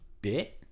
bit